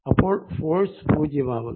അപ്പോൾ ഫോഴ്സ് പൂജ്യമാകുന്നു